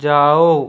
जाओ